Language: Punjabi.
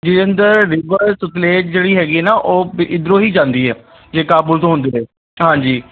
ਜਿਹਦੇ ਅੰਦਰ ਰੀਵਰ ਸਤਲੁਜ ਜਿਹੜੀ ਹੈਗੀ ਨਾ ਉਹ ਇੱਧਰੋਂ ਹੀ ਜਾਂਦੀ ਹੈ ਜੇ ਕਾਬੁਲ ਤੋਂ ਹੁੰਦੇ ਹੋਏ ਹਾਂਜੀ